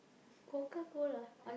Coca-Cola